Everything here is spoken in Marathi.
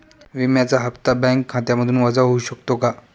विम्याचा हप्ता बँक खात्यामधून वजा होऊ शकतो का?